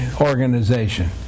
organization